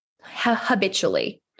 habitually